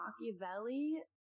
Machiavelli